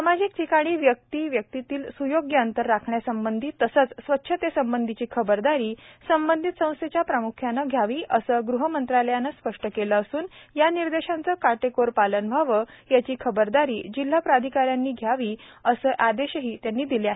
सामाजिक ठिकाणी व्यक्ती व्यक्तींतील स्योग्य अंतर राखण्यासंबंधी तसंच स्वच्छतेसंबंधीची खबरदारी संबंधित संस्थेच्या प्राम्ख्यानं घ्यायची आहे असं गृह मंत्रालयानं स्पष्ट केलं असून या निर्देशांचं काटेकोर पालन व्हावं याची खबरदारी जिल्हा प्राधिकाऱ्यांनी घ्यावी असे आदेशही देण्यात आले आहेत